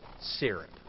syrup